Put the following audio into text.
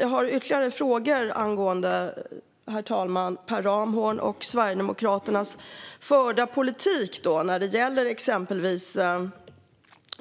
Jag har ytterligare någon fråga till Per Ramhorn, herr talman, om den politik som Sverigedemokraterna för när det gäller exempelvis personalsatsningar.